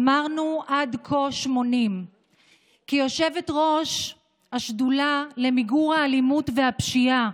אמרנו שעד כה 80. כיושבת-ראש השדולה למיגור האלימות והפשיעה